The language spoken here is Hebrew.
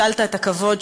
הצלת את הכבוד,